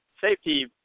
safety